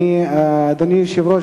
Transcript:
אדוני היושב-ראש,